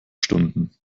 stunden